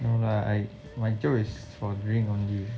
no lah I my job is for drink only